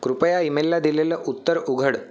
कृपया ईमेलला दिलेलं उत्तर उघड